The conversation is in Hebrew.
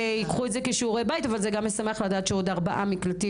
ייקחו את זה כשיעורי בית אבל זה משמח לדעת לגבי עוד ארבעה מקלטים,